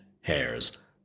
Hairs